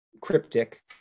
cryptic